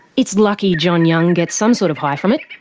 it's lucky john young gets some sort of high from it,